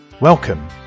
Welcome